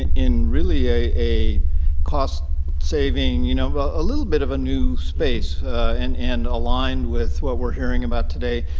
and in really a a cost saving, you know a little bit of a new space and and aligned with what we're hearing about today.